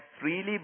freely